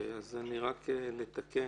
רק לתקן.